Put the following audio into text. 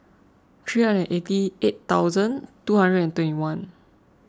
three hundred eighty eight thousand two hundred and twenty one